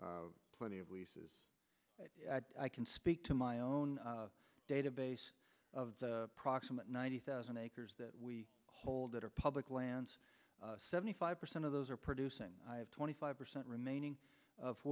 e plenty of leases i can speak to my own database of proximate ninety thousand acres that we hold that are public lands seventy five percent of those are producing twenty five percent remaining